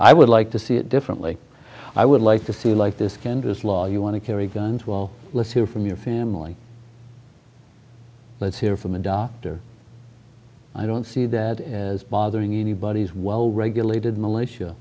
i would like to see it differently i would like to see you like this candace law you want to carry guns well let's hear from your family let's hear from a doctor i don't see that as bothering anybody as well regulated militia